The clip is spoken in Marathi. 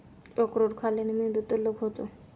अक्रोड खाल्ल्याने मेंदू तल्लख होतो